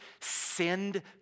send